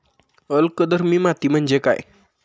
अल्कधर्मी माती म्हणजे काय?